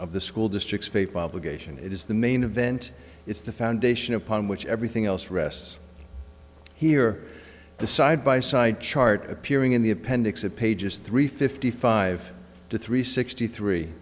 of the school district's paper obligation it is the main event it's the foundation upon which everything else rests here the side by side chart appearing in the appendix of pages three fifty five to three sixty three